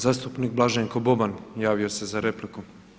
Zastupnik Blaženko Boban javio se za repliku.